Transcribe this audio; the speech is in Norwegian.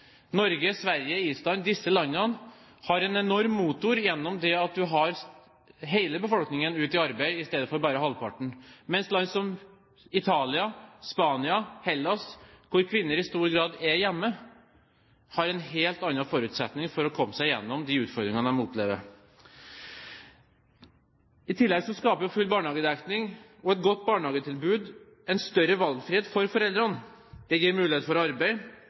Norge, Sverige og Island – disse landene – har en enorm motor gjennom det at man har hele befolkningen ute i arbeid istedenfor bare halvparten, mens land som Italia, Spania og Hellas, der kvinner i stor grad er hjemme, har en helt annen forutsetning for å komme seg igjennom de utfordringene de opplever. I tillegg skaper full barnehagedekning og et godt barnehagetilbud en større valgfrihet for foreldrene. Det gir mulighet for arbeid,